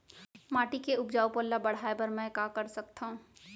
माटी के उपजाऊपन ल बढ़ाय बर मैं का कर सकथव?